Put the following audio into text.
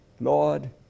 Lord